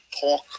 talk